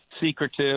secretive